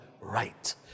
right